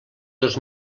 dos